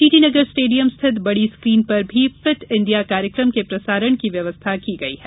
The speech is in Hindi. टीटी नगर स्टेडियम स्थित बड़ी स्क्रीन पर भी फिट इंडिया कार्यक्रम के प्रसारण की व्यवस्था की गई है